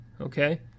okay